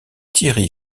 thierry